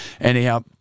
Anyhow